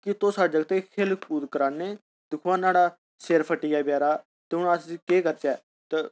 कि तुस साढ़े जगते गी खेल कूद कराने दिक्खो हां न्हाड़ा सिर फट्टी गेआ ते हून अस के करचै